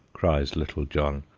cries little john,